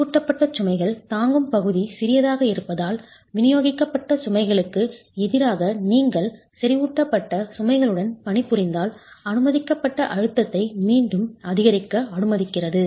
செறிவூட்டப்பட்ட சுமைகள் தாங்கும் பகுதி சிறியதாக இருப்பதால் விநியோகிக்கப்பட்ட சுமைகளுக்கு எதிராக நீங்கள் செறிவூட்டப்பட்ட சுமைகளுடன் பணிபுரிந்தால் அனுமதிக்கப்பட்ட அழுத்தத்தை மீண்டும் அதிகரிக்க அனுமதிக்கிறது